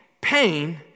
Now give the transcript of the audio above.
pain